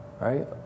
Right